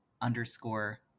underscore